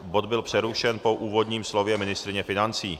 Bod byl přerušen po úvodním slově ministryně financí.